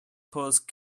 pose